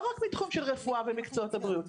לא רק מתחום של רפואה ומקצועות הבריאות.